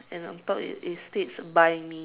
and on top it states buy me